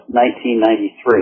1993